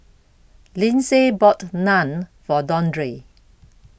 Lindsay bought Naan For Dondre